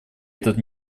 этот